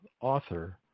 author